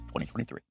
2023